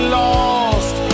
lost